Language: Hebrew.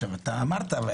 אמרת,